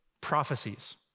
prophecies